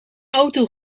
auto